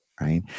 right